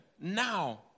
now